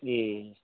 ए